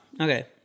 Okay